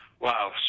wow